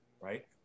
right